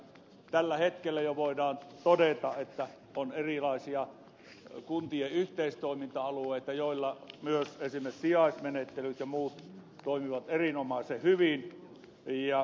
tällä hetkellä jo voidaan todeta että on erilaisia kuntien yhteistoiminta alueita joilla myös esimerkiksi sijaismenettelyt ja muut toimivat erinomaisen hyvin